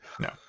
No